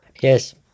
Yes